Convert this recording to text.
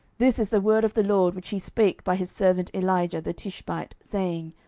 this is the word of the lord, which he spake by his servant elijah the tishbite, saying,